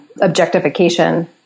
objectification